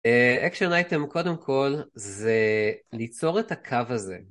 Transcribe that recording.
אקשן אייטם קודם כל זה ליצור את הקו הזה.